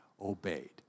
obeyed